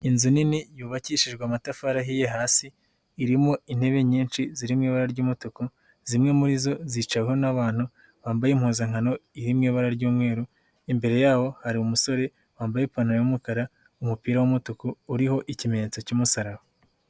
Inzu nini yubakishijwe amatafarihiye hasi, irimo intebe nyinshi zirimo ibara ry'umutuku, zimwe muri zo zicaweho n'abantu bambaye impuzankano iri mu ibara ry'umweru, imbere yaho hari umusore wambaye ipantaro y'umukara, umupira w'umutuku uriho ikimenyetso cy'umusaraba.